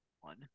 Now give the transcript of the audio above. one